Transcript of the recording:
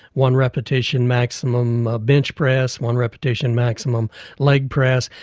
one repetition maximum bench press, one repetition, maximum leg press,